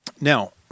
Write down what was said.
Now